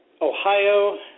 Ohio